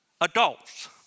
adults